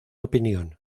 opinión